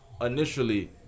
initially